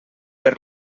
per